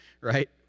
right